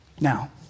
Now